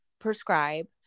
prescribe